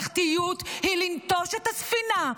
ממלכתיות היא לנטוש את הספינה,